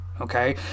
okay